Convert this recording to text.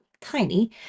tiny